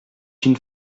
une